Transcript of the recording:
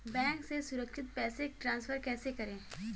Bank से सुरक्षित पैसे ट्रांसफर कैसे करें?